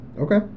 Okay